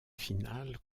finale